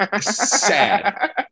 Sad